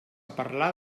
parlar